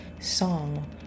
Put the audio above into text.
song